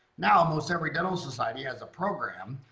now almost every dental society has a program.